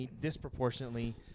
disproportionately